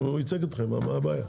הוא ייצג אתכם, מה הבעיה?